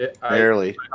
barely